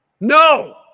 No